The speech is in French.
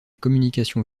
communication